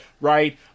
right